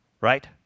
right